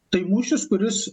tai mūšis kuris